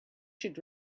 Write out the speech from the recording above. should